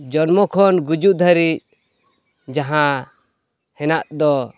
ᱡᱚᱱᱢᱚ ᱠᱷᱚᱱ ᱜᱩᱡᱩᱜ ᱫᱷᱟᱹᱨᱤᱡ ᱡᱟᱦᱟᱸ ᱦᱮᱱᱟᱜ ᱫᱚ